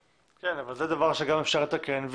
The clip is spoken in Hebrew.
כן, אבל זה דבר שגם אפשר לתקן.